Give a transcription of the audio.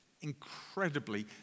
incredibly